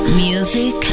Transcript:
Music